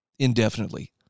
indefinitely